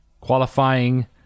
qualifying